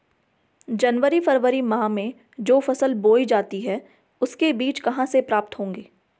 जनवरी फरवरी माह में जो फसल बोई जाती है उसके बीज कहाँ से प्राप्त होंगे?